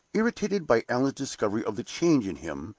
irritated by allan's discovery of the change in him,